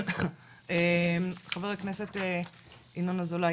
חבר הכנסת ינון אזולאי